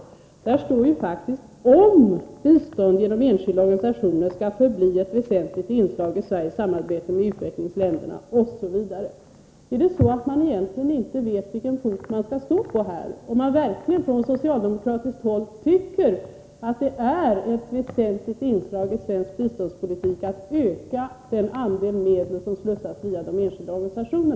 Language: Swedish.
Där står det: ”Om bistånd genom enskilda organisationer skall förbli ett väsentligt inslag i Sveriges samarbete med utvecklingsländerna— —-.” Är det så att man egentligen inte vet på vilken fot man skall stå här, och tycker man verkligen på socialdemokratiskt håll att det är ett väsentligt inslag i svensk biståndspolitik att öka andelen medel som slussas via enskilda organisationer?